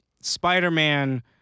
Spider-Man